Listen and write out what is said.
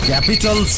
Capital